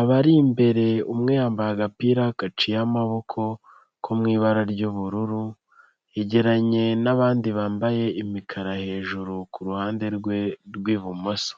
abari imbere umwe yambaye agapira gaciye amaboko ko mu ibara ry'ubururu yegeranye n'abandi bambaye imikara hejuru ku ruhande rwe rw'ibumoso.